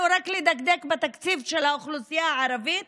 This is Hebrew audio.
לדקדק רק בתקציב של האוכלוסייה הערבית